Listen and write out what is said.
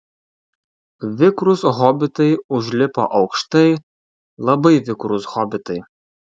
vikrūs hobitai užlipo aukštai labai vikrūs hobitai